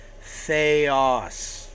Theos